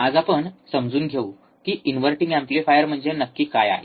आज आपण समजून घेऊ की इन्व्हर्टिंग एम्प्लीफायर म्हणजे नक्की काय आहे